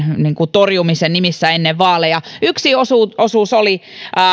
torjumisen nimissä ennen vaaleja yksi osuus oli